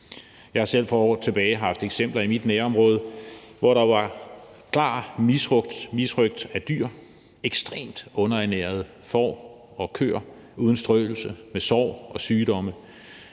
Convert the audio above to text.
Jeg har selv for år tilbage haft eksempler i mit nærområde, hvor der var klar misrøgt af dyr. Der var ekstremt underernærede får og køer uden strøelse, og de havde sår og sygdomme.